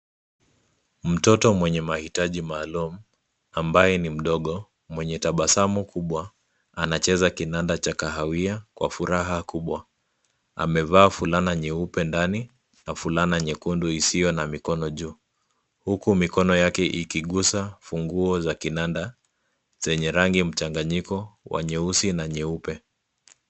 Mtoto mwenye mahitaji maalum, ambaye ni mdogo, mwenye tabasamu kubwa, anacheza kinanda cha kahawia kwa furaha kubwa. Amevaa fulana nyeupe ndani na fulana nyekundu isiyo na mikono juu, huku mikono yake ikigusa funguo za kinanda zenye rangi mchanganyiko wa nyeusi na nyeupe.